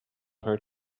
her